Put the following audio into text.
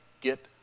get